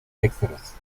extras